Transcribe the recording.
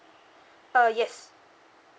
uh yes